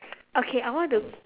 okay I want to